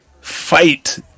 fight